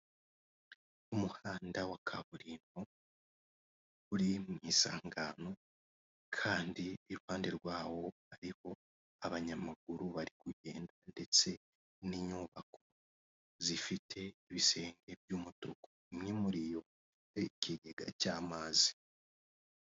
Umuhanda wa kaburimbo uri mu isangano, kandi iruhande rwawo hariho abanyamaguru bari kugenda, ndetse n'inyubako zifite ibisenge by'umutuku, imwe muri yo ifite ikigega cy'amazi.